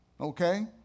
Okay